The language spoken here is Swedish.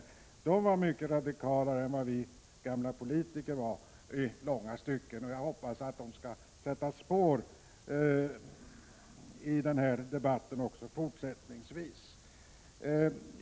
De var i långa stycken mycket radikalare än vad vi gamla politiker är, och jag hoppas att de skall sätta spår i debatten också fortsättningsvis.